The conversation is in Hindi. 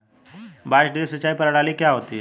बांस ड्रिप सिंचाई प्रणाली क्या होती है?